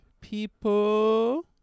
people